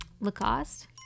Lacoste